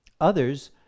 Others